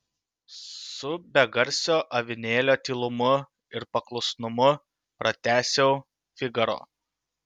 su begarsio avinėlio tylumu ir paklusnumu pratęsiau figaro